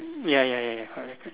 ya ya ya ya correct